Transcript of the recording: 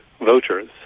voters